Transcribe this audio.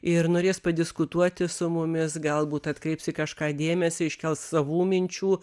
ir norės padiskutuoti su mumis galbūt atkreips į kažką dėmesį iškels savų minčių